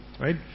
right